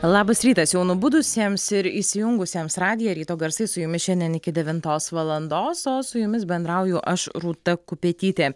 labas rytas jau nubudusiems ir įsijungusiems radiją ryto garsai su jumis šiandien iki devintos valandos o su jumis bendrauju aš rūta kupetytė